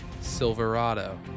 Silverado